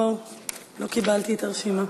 לא קיבלתי את הרשימה.